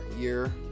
year